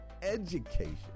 education